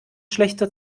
schlechter